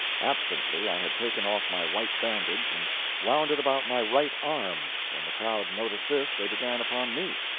absently, i had taken off my white bandage and wound it about my right arm. when the crowd noticed this, they began upon me.